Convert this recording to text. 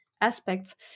aspects